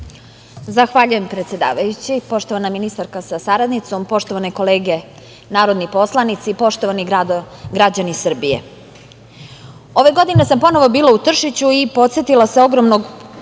Zahvaljujem predsedavajući. Poštovana ministarko sa saradnicom, poštovane kolege narodni poslanici, poštovani građani Srbije, ove godine sam ponovo bila u Tršiću i podsetila se ogromnog